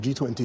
G20